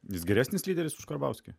jis geresnis lyderis už karbauskį